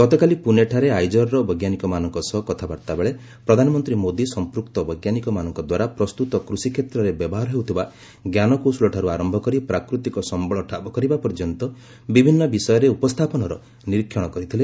ଗତକାଲି ପୁନେଠାରେ ଆଇଜର୍ର ବୈଜ୍ଞାନିକମାନଙ୍କ ସହ କଥାବାର୍ତ୍ତା ବେଳେ ପ୍ରଧାନମନ୍ତ୍ରୀ ମୋଦି ସଂପୂକ୍ତ ବୈଜ୍ଞାନିକମାନଙ୍କ ଦ୍ୱାରା ପ୍ରସ୍ତୁତ କୃଷିକ୍ଷେତ୍ରରେ ବ୍ୟବହାର ହେଉଥିବା ଜ୍ଞାନକୌଶଳଠାରୁ ଆରମ୍ଭ କରି ପ୍ରାକୃତିକ ସମ୍ଭଳ ଠାବ କରିବା ପର୍ଯ୍ୟନ୍ତ ବିଭିନ୍ନ ବିଷୟ ଉପରେ ଉପସ୍ଥାପନ ନିରୀକ୍ଷଣ କରିଥିଲେ